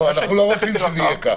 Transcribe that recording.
אנחנו לא רוצים שזה יהיה כך.